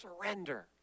surrender